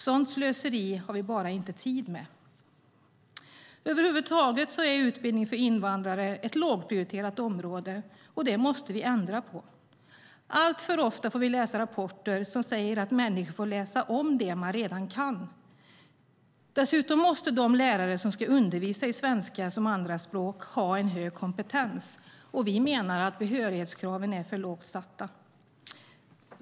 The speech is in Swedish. Sådant slöseri har vi bara inte tid med. Över huvud taget är utbildning för invandrare ett lågprioriterat område. Det måste vi ändra på. Alltför ofta får vi läsa rapporter som säger att människor får läsa om det de redan kan. Dessutom måste de lärare som ska undervisa i svenska som andraspråk ha en hög kompetens. Vi menar att behörighetskraven är för lågt satta.